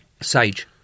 Sage